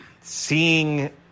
Seeing